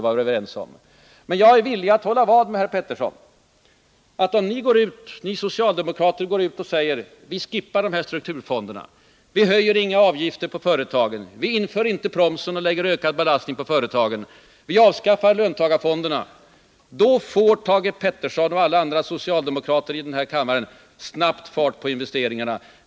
Jag är villig att hålla vad med herr Peterson om vad som skulle hända ifall ni socialdemokrater gick ut och sade: Vi skippar strukturfonderna, vi höjer inga avgifter på företagen, vi inför inte promsen och vi struntar i löntagarfonderna! Om ni gjorde detta, då skulle Thage Peterson och alla andra socialdemokrater här i kammaren snabbt sätta fart på investeringarna.